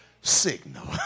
signal